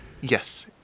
Yes